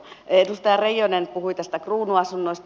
edustaja reijonen puhui kruunuasunnoista